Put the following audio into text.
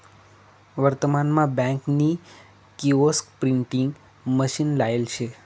वर्तमान मा बँक नी किओस्क प्रिंटिंग मशीन लायेल शे